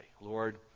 Lord